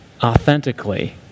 authentically